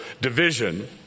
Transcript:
division